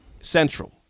Central